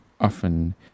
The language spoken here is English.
often